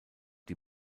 die